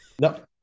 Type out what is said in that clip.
No